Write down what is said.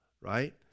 right